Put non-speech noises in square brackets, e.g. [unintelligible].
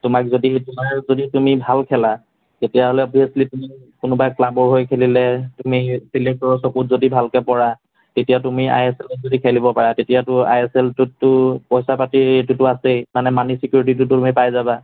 তোমাক যদি সেইটো তুমি ভাল খেলা তেতিয়াহ'লে [unintelligible] কোনোবা ক্লাবৰ হৈ খেলিলে তুমি চিলেক্টৰৰ চকুত যদি ভালকৈ পৰা তেতিয়া তুমি আই এছ এলত যদি খেলিব পাৰা তেতিয়াটো আই এছ এলটোতটো পইচা পাতিৰ এইটোটো আছেই মানে মানি চিকুৰিটিটো তুমি পাই যাবা